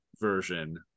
version